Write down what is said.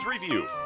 review